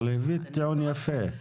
אבל הבאת טיעון יפה.